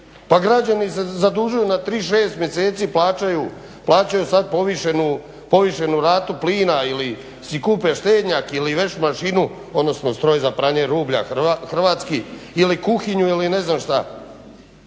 građani se zadužuju na 36 mjeseci i plaćaju sad povišenu ratu plina ili si kupe štednjak ili veš mašinu, odnosno stroj za pranje rublja hrvatski, ili kuhinju ili ne znam što.